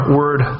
word